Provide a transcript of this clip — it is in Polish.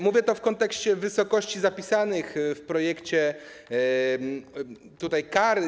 Mówię to w kontekście wysokości zapisanych w projekcie kar.